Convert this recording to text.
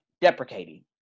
deprecating